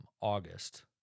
august